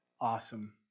Awesome